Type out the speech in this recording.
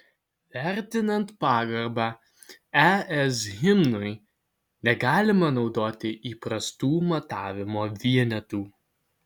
vertinant pagarbą es himnui negalima naudoti įprastų matavimo vienetų